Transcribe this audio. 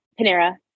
Panera